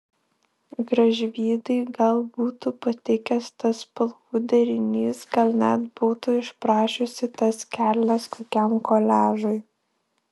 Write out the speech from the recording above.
gražvydai gal būtų patikęs tas spalvų derinys gal net būtų išprašiusi tas kelnes kokiam koliažui